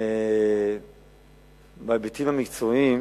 להיבטים המקצועיים